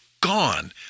gone